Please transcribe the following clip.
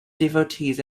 devotees